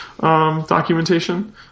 documentation